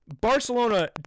Barcelona